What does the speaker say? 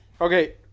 Okay